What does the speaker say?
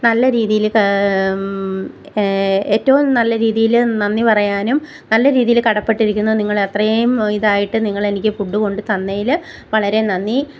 നല്ല രീതീൽ ഏറ്റോം നല്ല രീതീൽ നന്ദി പറയാനും നല്ല രീതീൽ കടപ്പെട്ടിരിക്കുന്നു നിങ്ങളത്രേം ഇതായിട്ട് നിങ്ങൾ എനിക്ക് ഫുഡ്ഡ് കൊണ്ട് തന്നതിൽ വളരെ നന്ദി